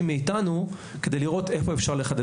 מאיתנו כדי לראות איפה אפשר לחדד.